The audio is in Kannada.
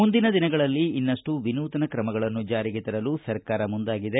ಮುಂದಿನ ದಿನಗಳಲ್ಲಿ ಇನ್ನಷ್ಟು ವಿನೂತನ ಕ್ರಮಗಳನ್ನು ಜಾರಿ ತರಲು ಸರ್ಕಾರ ಮುಂದಾಗಿದೆ